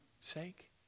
sake